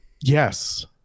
yes